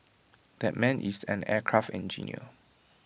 that man is an aircraft engineer